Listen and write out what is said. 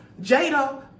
Jada